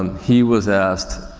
um he was asked,